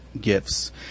gifts